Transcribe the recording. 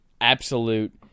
absolute